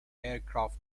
aircraft